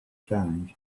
times